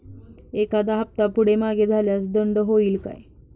एखादा हफ्ता पुढे मागे झाल्यास दंड होईल काय?